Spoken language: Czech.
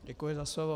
Děkuji za slovo.